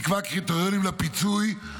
יקבע קריטריונים לפיצוי,